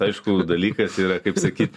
aišku dalykas yra kaip sakyt